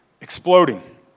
exploding